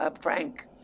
Frank